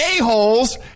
a-holes